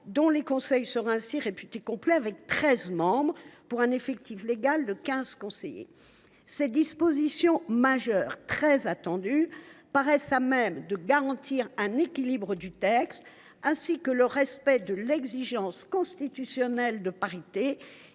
dont les conseils seraient réputés complets avec treize membres, pour un effectif légal de quinze conseillers. Ces dispositions majeures très attendues paraissent à même de garantir l’équilibre du texte, ainsi que le respect de l’exigence constitutionnelle de parité